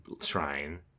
shrine